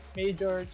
major